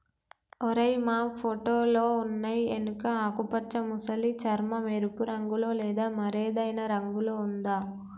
ఓరై మా ఫోటోలో ఉన్నయి ఎనుక ఆకుపచ్చ మసలి చర్మం, ఎరుపు రంగులో లేదా మరేదైనా రంగులో ఉందా